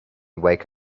wake